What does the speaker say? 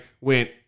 went